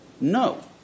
No